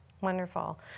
Wonderful